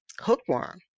hookworm